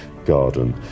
garden